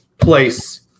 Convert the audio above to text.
place